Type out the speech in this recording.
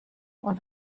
und